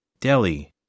Delhi